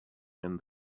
and